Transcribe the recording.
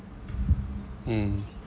mm